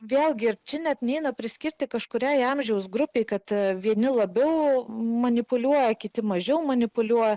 vėl girdžiu net neina priskirti kažkuriai amžiaus grupei kad vieni labiau manipuliuoja kiti mažiau manipuliuoti